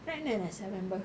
pregnant ah sia member